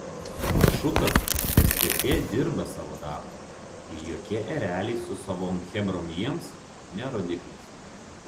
panašu kad stt dirba savo darbą ir jokie ereliai su savom chebrom jiems ne rodiklis